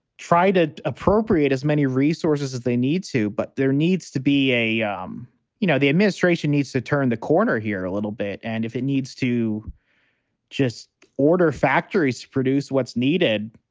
try to appropriate as many resources as they need to. but there needs to be a. um you know, the administration needs to turn the corner here a little bit. and if it needs to just order factories to produce what's needed.